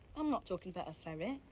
i'm not talking about a ferret.